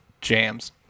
Jams